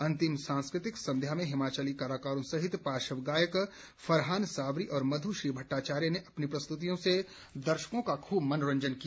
अंतिम सांस्कृतिक संध्या में हिमाचली कलाकारों सहित पार्श्व गायक फरहान सावरी और मध् श्री भट्टाचार्य ने अपनी प्रस्तुतियों से दर्शकों का खूब मनोरंजन किया